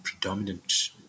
predominant